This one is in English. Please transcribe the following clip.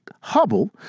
Hubble